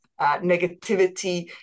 negativity